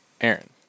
Aaron